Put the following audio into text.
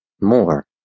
More